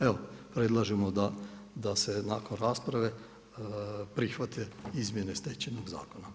Evo predlažemo da se nakon rasprave prihvate izmjene Stečajnog zakona.